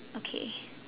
okay